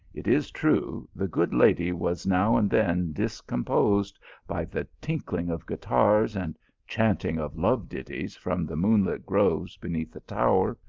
it is true, the good lady was now and then discomposed by the tinkling of guitars, and chanting of love ditties from the moonlit groves beneath the tower,